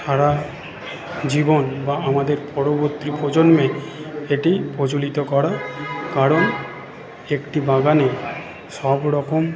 সারাজীবন বা আমাদের পরবর্তী প্রজন্মে এটি প্রচলিত করা কারণ একটি বাগানে সব রকম